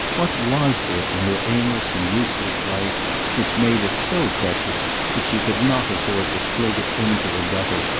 what was there in her aimless and useless life which made it so precious that she could not afford to fling it into the gutter,